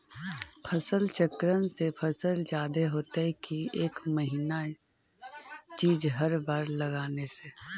फसल चक्रन से फसल जादे होतै कि एक महिना चिज़ हर बार लगाने से?